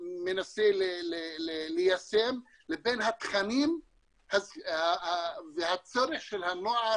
מנסה ליישם לבין התכנים והצורך של הנוער